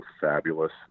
fabulous